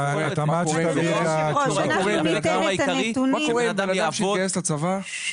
מה קרה עם בן אדם שהתגייס לצבא,